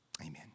Amen